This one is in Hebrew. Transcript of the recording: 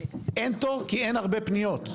אין תור כי אין הרבה פניות.